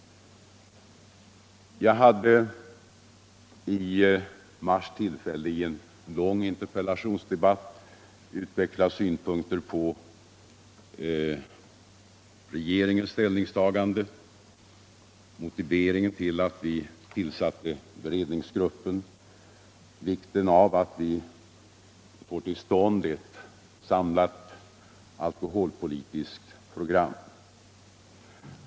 Jag hade den 18 mars tillfälle att i en interpellationsdebatt utveckla synpunkter på regeringens ställningstagande, motiveringen till att vi tillsatte beredningsgruppen och vikten av att få till stånd ett samlat alkoholpolitiskt program.